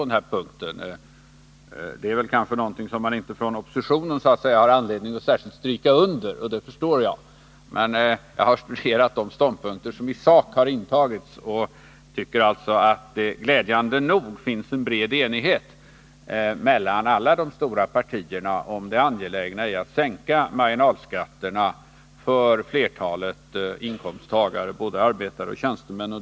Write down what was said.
Detta är kanske någonting som man från oppositionen inte har anledning att särskilt understryka — det förstår jag. Jag har skisserat de ståndpunkter som i sak har intagits och glädjande nog finns en bred enighet mellan alla de stora partierna om det angelägna i att sänka marginalskatterna för flertalet inkomsttagare, både arbetare och tjänstemän.